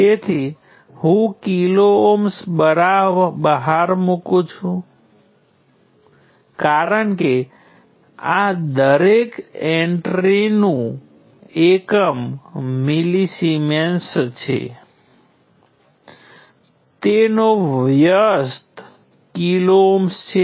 તેથી કોઈપણ કિસ્સામાં આપણી પાસે સપ્રમાણ મેટ્રિક્સ હશે જે આપણે પહેલાથી જોયું છે